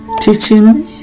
Teaching